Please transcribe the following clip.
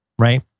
right